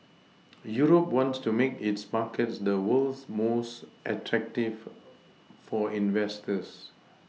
Europe wants to make its markets the world's most attractive for investors